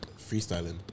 freestyling